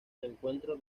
reencuentro